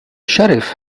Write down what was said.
sheriff